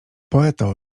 poeto